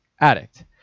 addict